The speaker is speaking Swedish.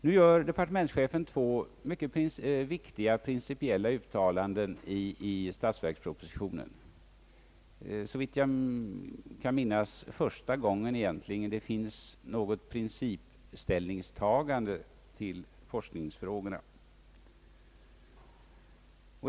Nu gör statsrådet två mycket viktiga principiella uttalanden i statsverkspropositionen. Såvitt jag kan minnas är det första gången som det egentligen görs ett principställningstagande till forskningsfrågorna.